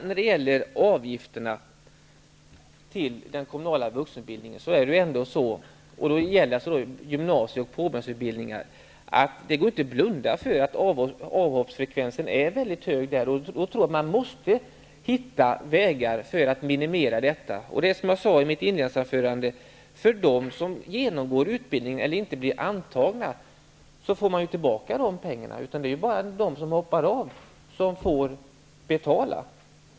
När det gäller avgifterna till den kommunala vuxenutbildningen -- gymnasie och påbyggnadsutbildningar -- går det inte att blunda för att avhoppsfrekvensen är mycket hög. Jag tror att man måste hitta vägar för att minimera detta. Som jag sade i mitt inledningsanförande får de som genomgår utbildningen eller inte blir antagna tillbaka pengarna. Det är bara de som hoppar av som får betala.